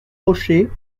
rocher